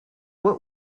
what